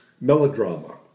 melodrama